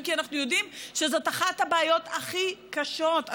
כי אנחנו יודעים שזו אחת הבעיות הכי קשות,